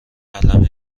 قلمه